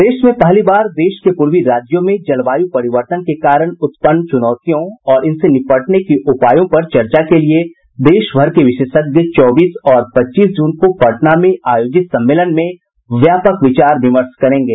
प्रदेश में पहली बार देश के पूर्वी राज्यों में जलवायु परिवर्तन के कारण उत्पन्न चुनौतियों और इनसे निपटने के उपायों पर चर्चा के लिये देशभर के विशेषज्ञ चौबीस और पच्चीस जून को पटना में आयोजित सम्मेलन में व्यापक विचार विमर्श करेंगे